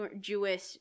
Jewish